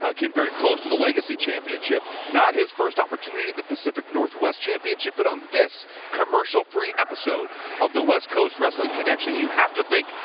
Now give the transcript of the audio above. ah came very close to the legacy championship. not his first opportunity at the pacific northwest championship but on this commercial free episode of the west coast wrestling connection you have to think,